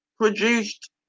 produced